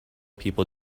people